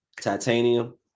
titanium